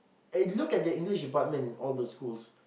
and if you look at the English department in all the schools